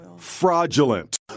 fraudulent